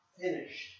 finished